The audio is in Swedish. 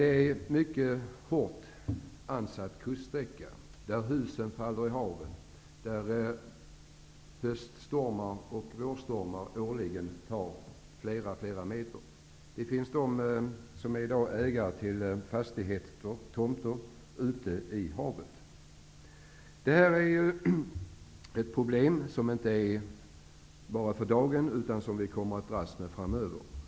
Det är en mycket hårt ansatt kuststräcka, där husen faller i havet och där höst och vårstormar årligen tar flera meter av stranden. Det finns i dag de som är ägare till tomter ute i havet. Det här är ett problem som vi kommer att dras med framöver.